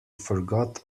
forgot